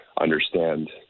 understand